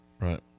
Right